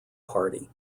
party